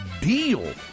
deal